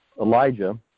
Elijah